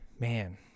man